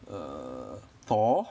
err thor